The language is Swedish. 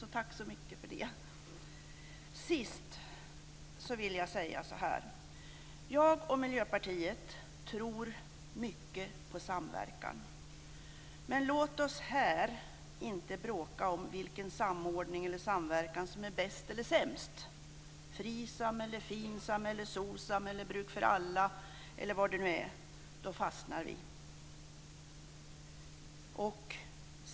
Tack så mycket för det! Till sist vill jag säga så här: Jag och Miljöpartiet tror mycket på samverkan. Men låt oss här inte bråka om vilken samordning eller samverkan som är bäst eller sämst - FRISAM, FINSAM, SOCSAM, Bruk för alla eller vad det nu är. Då fastnar vi.